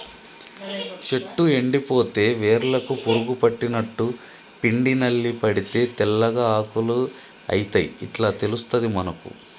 చెట్టు ఎండిపోతే వేర్లకు పురుగు పట్టినట్టు, పిండి నల్లి పడితే తెల్లగా ఆకులు అయితయ్ ఇట్లా తెలుస్తది మనకు